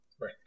Right